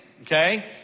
Okay